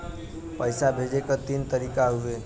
पइसा भेजे क तीन तरीका हउवे